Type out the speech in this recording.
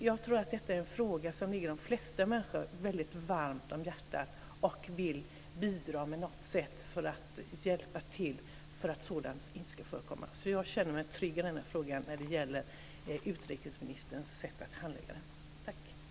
Jag tror att detta är en fråga som ligger de flesta människor väldigt varmt om hjärtat och att de vill bidra på något sätt för att hjälpa till för att sådant inte ska förekomma. Jag känner mig trygg när det gäller utrikesministerns sätt att handlägga denna fråga.